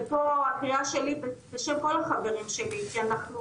ופה הקריאה שלי בשם כל החברים שלי כי אנחנו